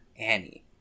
Annie